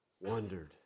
wondered